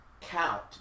count